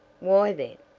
why, then?